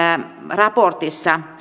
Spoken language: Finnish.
raportissa